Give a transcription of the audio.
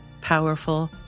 powerful